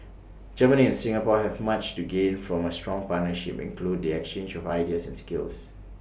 Germany and Singapore have much to gain from A strong partnership including the exchange of ideas and skills